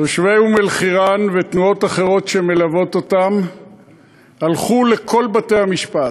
תושבי אום-אלחיראן ותנועות אחרות שמלוות אותם הלכו לכל בתי-המשפט,